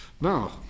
Now